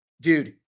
dude